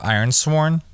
Ironsworn